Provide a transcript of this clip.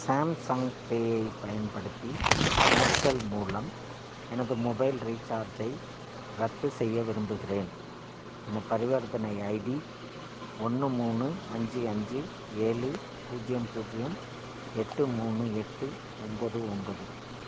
Samsung Pay ஐப் பயன்படுத்தி Aircel மூலம் எனது மொபைல் ரீசார்ஜை ரத்து செய்ய விரும்புகிறேன் என பரிவர்த்தனை ஐடி ஒன்று மூணு அஞ்சு அஞ்சு ஏழு பூஜ்யம் பூஜ்யம் எட்டு மூணு எட்டு ஒன்பது ஒன்பது